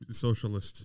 socialist